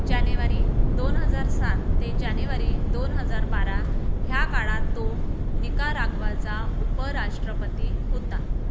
जानेवारी दोन हजार सात ते जानेवारी दोन हजार बारा ह्या काळात तो निकाराग्वाचा उपराष्ट्रपती होता